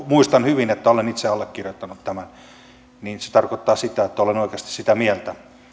muistan hyvin että olen itse allekirjoittanut tämän ja se tarkoittaa sitä että olen oikeasti sitä mieltä